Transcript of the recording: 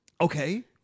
Okay